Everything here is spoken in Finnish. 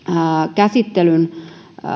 käsittelyn